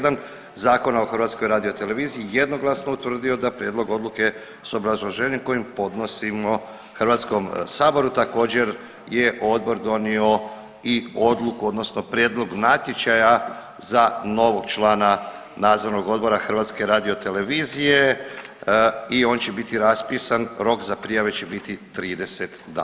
1 Zakona o HRT-u jednoglasno utvrdio da prijedlog odluke s obrazloženjem kojim podnosimo HS-u također, je Odbor donio i odluku, odnosno prijedlog natječaja za novog člana Nadzornog odbora HRT-a i on će biti raspisan, rok za prijave će biti 30 dana.